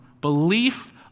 belief